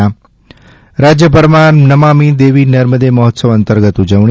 ં રાજ્યભરમાં નમામિ દેવી નર્મદે મહોત્સવ અંતર્ગત ઉજવણી